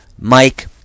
mike